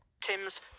tim's